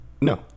No